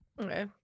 Okay